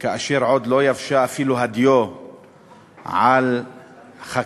כאשר עוד לא יבשה אפילו הדיו של חקיקתו.